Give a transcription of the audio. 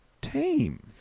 tame